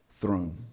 throne